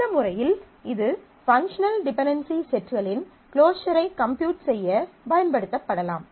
இந்த முறையில் இது பங்க்ஷனல் டிபென்டென்சி செட்களின் க்ளோஸர் ஐ கம்ப்யூட் செய்ய பயன்படுத்தப்படலாம்